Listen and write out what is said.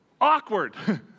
Awkward